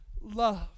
love